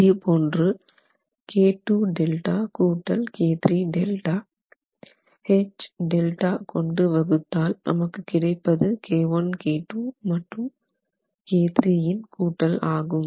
அதேபோன்று K2Δ கூட்டல் K3Δ H Δ கொண்டு வகுத்தால் நமக்கு கிடைப்பது K 1 K 2 மற்றும் K 3 இன் கூட்டல் ஆகும்